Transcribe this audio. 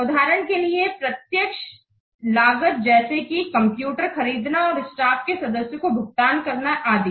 उदाहरण के लिए प्रत्यक्ष लागत जैसे कि कंप्यूटर खरीदना और स्टाफ के सदस्यों को भुगतान करना आदि